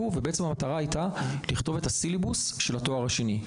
המטרה של הוועדה הייתה לכתוב את הסיליבוס של התואר השני.